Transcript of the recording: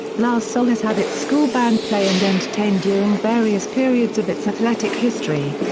la salle has had its school band play and entertain during various periods of its athletic history.